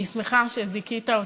אני שמחה שזיכית אותי,